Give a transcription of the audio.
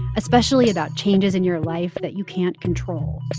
especially about changes in your life that you can't control.